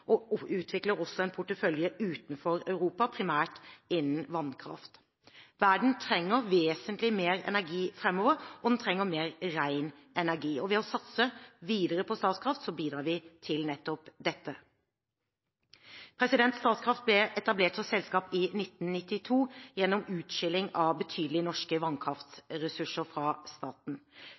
og utvikler også en portefølje utenfor Europa, primært innen vannkraft. Verden trenger vesentlig mer energi fremover, og den trenger mer ren energi, og ved å satse videre på Statkraft bidrar vi til nettopp dette. Statkraft ble etablert som selskap i 1992 gjennom utskilling av betydelige norske vannkraftressurser fra staten.